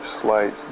slight